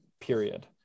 period